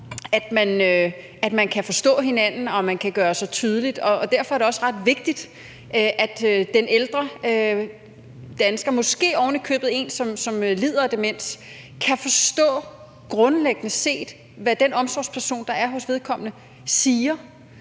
at man kan forstå hinanden, og at man kan være tydelig, og derfor er det også ret vigtigt, at den ældre dansker – måske ovenikøbet en, som lider af demens – grundlæggende set kan forstå, hvad den omsorgsperson, der er hos vedkommende, siger,